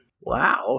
Wow